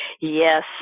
Yes